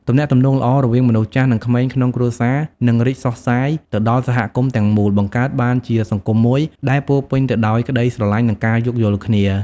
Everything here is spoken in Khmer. ទំនាក់ទំនងល្អរវាងមនុស្សចាស់និងក្មេងក្នុងគ្រួសារនឹងរីកសុសសាយទៅដល់សហគមន៍ទាំងមូល បង្កើតបានជាសង្គមមួយដែលពោរពេញទៅដោយក្តីស្រឡាញ់ និងការយោគយល់គ្នា។